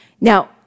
Now